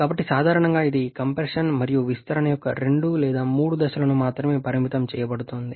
కాబట్టి సాధారణంగా ఇది కంప్రెషన్ మరియు విస్తరణ యొక్క రెండు లేదా మూడు దశలను మాత్రమే పరిమితం చేయబడుతుంది